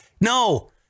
No